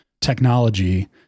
technology